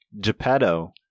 Geppetto